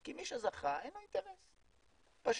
כי מי שזכה, אין לו אינטרס, פשוט.